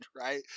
Right